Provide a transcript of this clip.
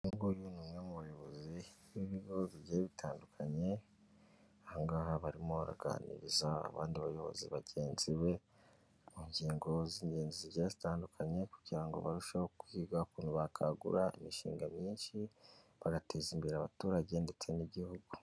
We ni umwe mu bayobozi b'ibigo bitandukanyehangaha barimo aganiriza abandi bayobozi bagenzi be mu ngingo z'ingenzi za zitandukanye kugira ngo barusheho kwiga bakangura imishinga myinshi banateza imbere abaturage ndetse n'igihugu.